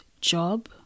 job